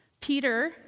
Peter